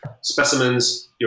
specimens